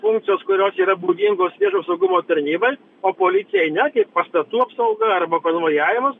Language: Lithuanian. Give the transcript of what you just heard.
funkcijos kurios yra būdingos viešo saugumo tarnybai o policijai ne kaip pastatų apsauga arba konvojavimas